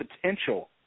potential